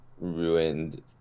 ruined